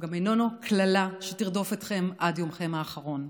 גם אינו קללה שתרדוף אתכם עד יומכם האחרון.